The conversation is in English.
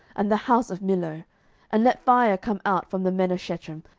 and the house of millo and let fire come out from the men of shechem,